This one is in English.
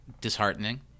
disheartening